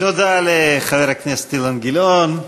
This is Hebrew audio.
תודה לחבר הכנסת אילן גילאון.